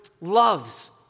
loves